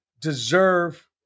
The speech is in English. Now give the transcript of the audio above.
deserve